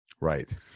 Right